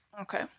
Okay